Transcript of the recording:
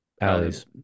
alleys